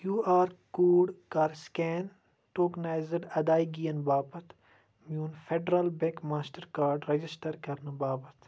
Q R code کَر scan tokenised ادٲیگین باپتھ میٛون Federal Bank Mastercard register کَرنہٕ باپتھ